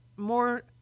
more